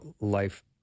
life